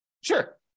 Sure